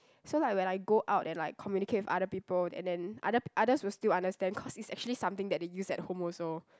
so like when I go out and like communicate with other people and then other others will still understand cause it's actually something that they use at home also